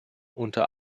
unter